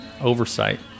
oversight